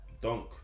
Donk